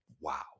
wow